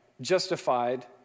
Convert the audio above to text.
justified